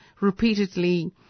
repeatedly